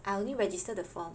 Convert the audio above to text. I only register the form